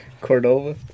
Cordova